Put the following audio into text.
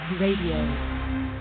Radio